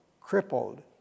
crippled